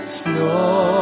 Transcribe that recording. snow